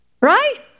Right